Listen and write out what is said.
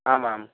आम् आम्